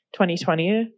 2020